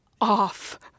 off